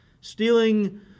stealing